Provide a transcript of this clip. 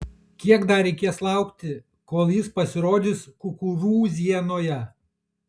kiek dar reikės laukti kol jis pasirodys kukurūzienoje